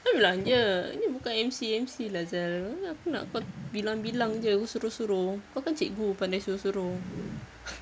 I bilang dia ni bukan emcee emcee lah zal kau ni ingat aku nak kau bilang bilang jer suruh-suruh kau kan cikgu pandai suruh-suruh